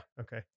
Okay